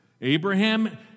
Abraham